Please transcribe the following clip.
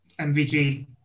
MVG